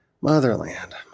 Motherland